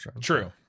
True